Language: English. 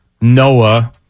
Noah